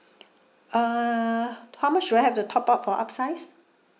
uh how much do I have to top up for upsize